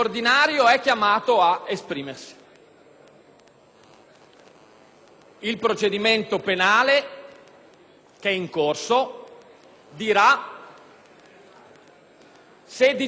Il procedimento penale, che è in corso, dirà se Di Girolamo era residente o no in